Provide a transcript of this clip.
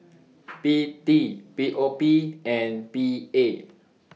P T P O P and P A